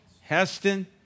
Heston